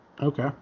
okay